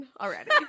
already